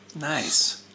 Nice